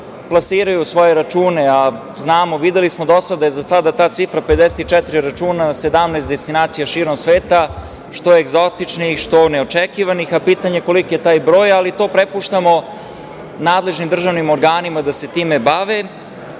plasiraju na svoje račune. Videli smo do sada da je za sada ta cifra 54 računa na 17 destinacija širom sveta, što egzotičnih, što neočekivanih, a pitanje je koliki je taj broj. Ali, to prepuštamo nadležnim državnim organima da se time bave